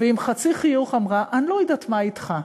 ועם חצי חיוך אמרה: אני לא יודעת מה אתך,